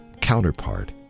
counterpart